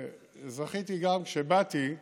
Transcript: וזכיתי גם כשבאתי,